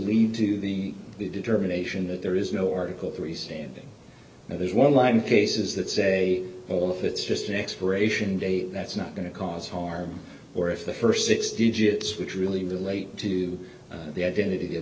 lead to the determination that there is no article three standing there's one line cases that say oh if it's just an expiration date that's not going to cause harm or if the first six digits which really relate to the identity